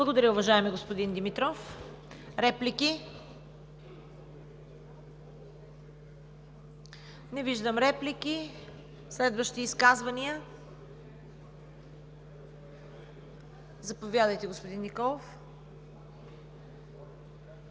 Благодаря, уважаеми господин Димитров. Реплики? Не виждам. Следващи изказвания? Заповядайте, господин Николов.